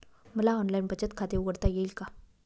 मला ऑनलाइन बचत खाते उघडता येईल का?